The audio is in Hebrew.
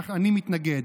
אני מתנגד.